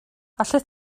allet